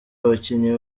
abakinnyi